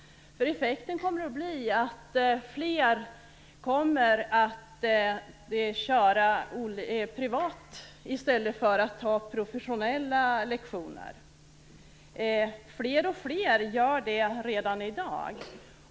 Effekten kommer att bli att fler kommer att köra privat i stället för att ta professionella lektioner. Fler och fler gör det redan i dag.